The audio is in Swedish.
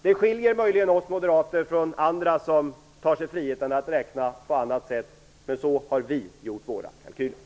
Detta skiljer möjligen oss moderater från andra, som tar sig friheten att räkna på annat sätt, men det är så vi har gjort våra kalkyler.